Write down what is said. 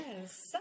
yes